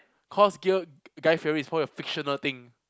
cause gear guy-fieri is for your fictional thing